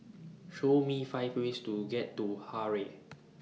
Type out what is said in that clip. Show Me five ways to get to Harare